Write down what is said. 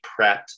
prepped